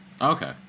Okay